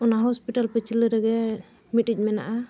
ᱚᱱᱟ ᱦᱚᱥᱯᱤᱴᱟᱞ ᱯᱟᱪᱷᱞᱟᱹ ᱨᱮᱜᱮ ᱢᱤᱫᱴᱤᱡ ᱢᱮᱱᱟᱜᱼᱟ